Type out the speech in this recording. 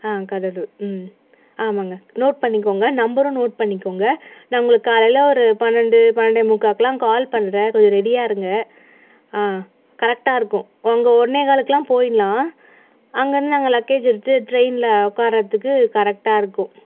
ஆ கடலூர் ஆமாம்ங்க நோட் பண்ணிக்கோங்க நம்பரும் நோட் பண்ணிக்கோங்க நான் உங்களுக்கு காலையில் ஒரு பன்னெண்டு பண்னெண்டே முக்காக்கலாம் கால் பண்ணறேன் கொஞ்சம் ரெடியாக இருங்க கரெக்டாக இருக்கும் அங்கே ஒன்னேகாலுக்கெல்லாம் போயிட்லாம் அங்கேருந்து நாங்கள் லக்கேஜ் எடுத்து ட்ரெயினில் உட்காறதுக்கு கரெக்டாக இருக்கும்